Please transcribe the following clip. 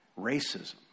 racism